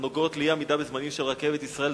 הנוגעות לאי-עמידה בזמנים של רכבת ישראל,